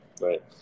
Right